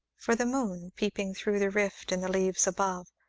for the moon, peeping through the rift in the leaves above,